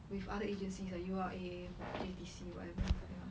with other agencies like U_R_A J_T_C or whatever ya